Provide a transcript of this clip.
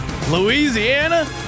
Louisiana